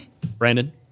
Brandon